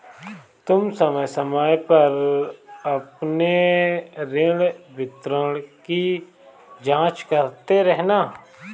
तुम समय समय पर अपने ऋण विवरण की जांच करते रहना